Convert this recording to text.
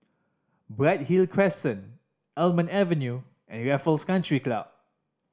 Bright Hill Crescent Almond Avenue and Raffles Country Club